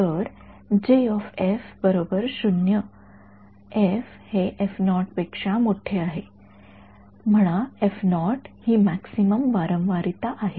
तर म्हणा ही मॅक्सिमम वारंवारता आहे